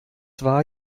war